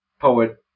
poet